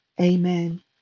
Amen